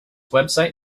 website